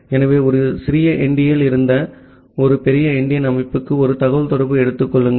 ஆகவே ஒரு சிறிய எண்டியனில் இருந்து ஒரு பெரிய எண்டியன் அமைப்புக்கு ஒரு தகவல்தொடர்பு எடுத்துக் கொள்ளுங்கள்